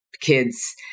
kids